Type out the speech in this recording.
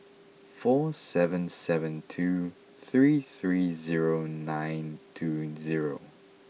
four seven seven two three three zero nine two zero